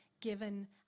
given